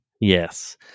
Yes